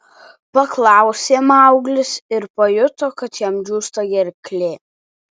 paklausė mauglis ir pajuto kad jam džiūsta gerklė